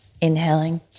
inhaling